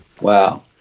wow